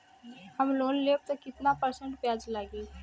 हम लोन लेब त कितना परसेंट ब्याज लागी?